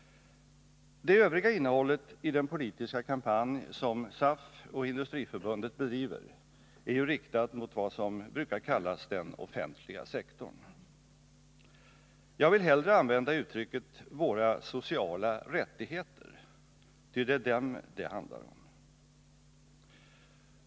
Det övriga innehållet i den politiska kampanj som SAF och Industriförbundet bedriver är ju riktat mot vad som brukar kallas den offentliga sektorn. Jag vill hellre använda uttrycket våra sociala rättigheter, ty det är dem det handlar om.